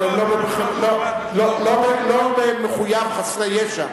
אבל לא מחויב שהם חסרי ישע.